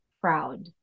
proud